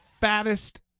fattest